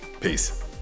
peace